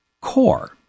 core